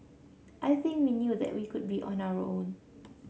I think we knew that we could be on our own